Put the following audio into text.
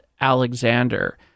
Alexander